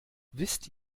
wisst